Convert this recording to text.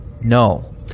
No